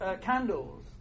candles